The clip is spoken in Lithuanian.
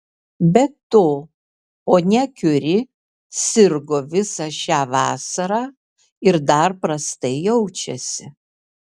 be to ponia kiuri sirgo visą šią vasarą ir dar prastai jaučiasi